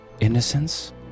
Innocence